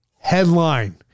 Headline